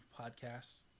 Podcasts